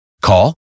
Call